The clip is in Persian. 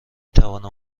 توانم